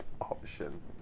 option